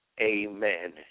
Amen